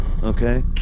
Okay